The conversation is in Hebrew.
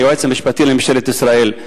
היועץ המשפטי לממשלת ישראל.